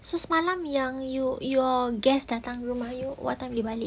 so semalam yang you your guest datang rumah you are you what time you balik